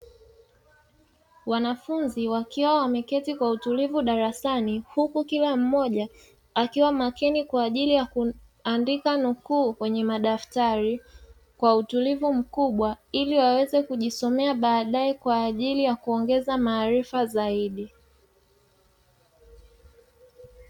Wanafunzi wakiwa wameketi kwa utulivu darasani huku kila mmoja akiwa makini kwaajili ya kuandika nukuu kwenyee madaftari kwa utulivu mkubwa, ili waweze kujisomea baadae kwaajili ya kuongeza maarifa zaidi.